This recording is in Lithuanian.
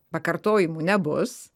pakartojimų nebus